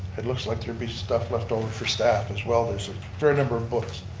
it looks like there'd be stuff left over for staff as well. there's a fair number of books.